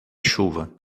chuva